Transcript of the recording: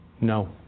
No